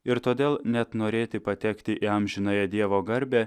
ir todėl net norėti patekti į amžinąją dievo garbę